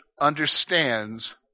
understands